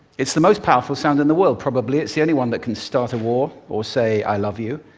it's the most powerful sound in the world, probably. it's the only one that can start a war or say i love you.